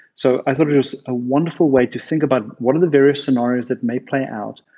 so i thought it was a wonderful way to think about what are the various scenarios that may play out?